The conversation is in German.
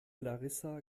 larissa